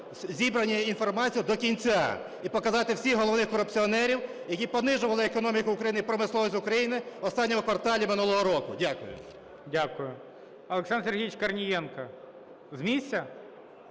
зібрання інформації до кінця і показати всіх головних корупціонерів, які понижували економіку України і промисловість України в останньому кварталі минулого року. Дякую. ГОЛОВУЮЧИЙ. Дякую. Олександр Сергійович Корнієнко. З місця?